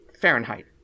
Fahrenheit